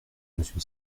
monsieur